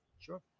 Sure